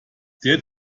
der